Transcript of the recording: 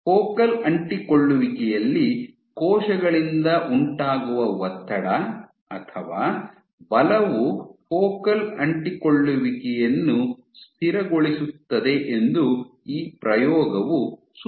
focal ಅಂಟಿಕೊಳ್ಳುವಿಕೆಯಲ್ಲಿ ಕೋಶಗಳಿಂದ ಉಂಟಾಗುವ ಒತ್ತಡ ಅಥವಾ ಬಲವು ಫೋಕಲ್ ಅಂಟಿಕೊಳ್ಳುವಿಕೆಯನ್ನು ಸ್ಥಿರಗೊಳಿಸುತ್ತದೆ ಎಂದು ಈ ಪ್ರಯೋಗವು ಸೂಚಿಸುತ್ತದೆ